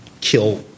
kill